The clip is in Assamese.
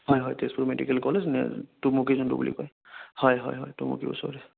হয় হয় তেজপুৰ মেডিকেল কলেজ টুমুকী যোনটো বুলি কয় হয় হয় হয় টুমুকীৰ ওচৰতে